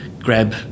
grab